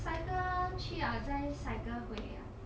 cycle 去了再 cycle 回 ah